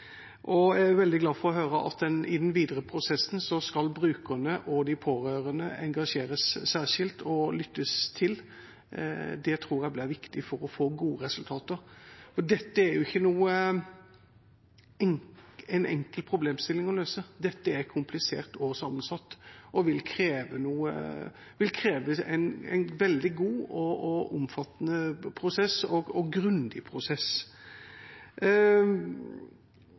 Jeg er også veldig glad for å høre at i den videre prosessen skal brukerne og de pårørende engasjeres særskilt og lyttes til. Det tror jeg blir viktig for å få gode resultater, for dette er jo ikke en enkel problemstilling å løse. Dette er komplisert og sammensatt og vil kreve en veldig god og omfattende prosess og en grundig prosess.